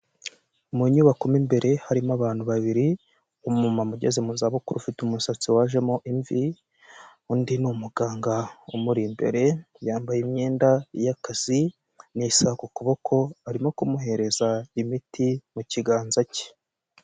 Mu nyubako mo imbere harimo abantu babiri, umumama ugeze mu zabukuru ufite umusatsi wajemo imvi, undi ni umuganga umuri imbere, yambaye imyenda y'akazi n'isaha ku kuboko, arimo kumuhereza imiti mu kiganza cye.